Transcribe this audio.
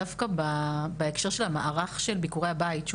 דווקא בהקשר של המערך של ביקורי הבית שהוא